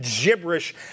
gibberish